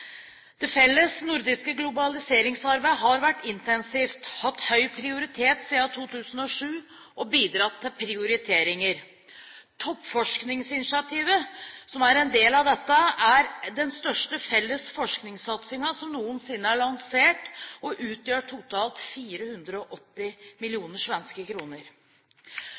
Det felles nordiske globaliseringsarbeidet har vært intensivt, har hatt høy prioritet siden 2007, og har bidratt til prioriteringer. Toppforskningsinitiativet, som er en del av dette, er den største felles forskningssatsingen som noensinne er lansert, og utgjør totalt 480 millioner svenske kroner.